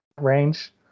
range